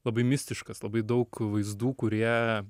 labai mistiškas labai daug vaizdų kurie